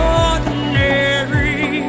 ordinary